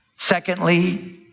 Secondly